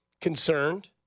concerned